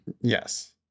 Yes